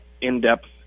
in-depth